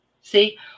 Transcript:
See